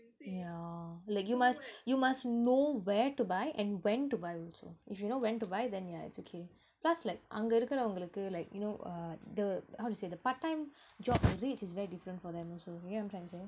yeah like you must you must know where to buy and when to buy also if you know when to buy then yeah it's okay plus like அங்க இருக்கிற வங்களுக்கு:anga irukkira vangalukku like you know இது:ithu the how to say the part time job the rates is very different for them also you get what I'm trying to say